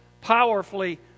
Powerfully